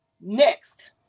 Next